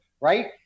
right